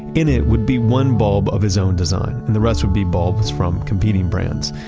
in it would be one bulb of his own design and the rest would be bulbs from competing brands.